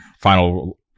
final